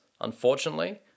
unfortunately